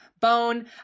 Bone